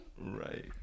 right